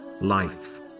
life